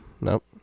Nope